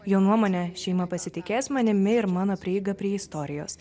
jo nuomone šeima pasitikės manimi ir mano prieiga prie istorijos